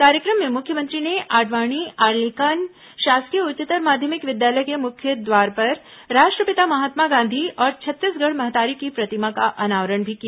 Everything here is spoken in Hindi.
कार्यक्रम में मुख्यमंत्री ने आडवाणी अर्लीकान शासकीय उच्चतर माध्यमिक विद्यालय के मुख्यद्वार पर राष्ट्रपिता महात्मा गांधी और छत्तीसगढ़ महतारी की प्रतिमा का अनावरण भी किया